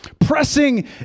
Pressing